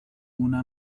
una